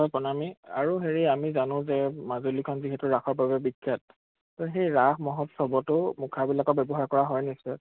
হয় প্ৰণামী আৰু হেৰি আমি জানো যে মাজুলীখন যিহেতু ৰাসৰ বাবে বিখ্যাত ত' সেই ৰাস মহোৎসৱতো মুখাবিলাকৰ ব্যৱহাৰ কৰা হয় নিশ্চয়